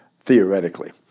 Theoretically